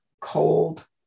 cold